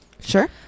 sure